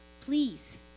please